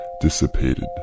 dissipated